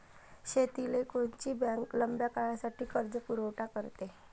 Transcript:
शेतीले कोनची बँक लंब्या काळासाठी कर्जपुरवठा करते?